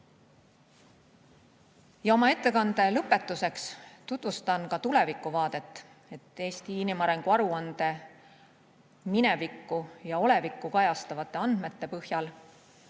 5. Oma ettekande lõpetuseks tutvustan ka tulevikuvaadet. Eesti inimarengu aruande minevikku ja olevikku kajastavate andmete põhjal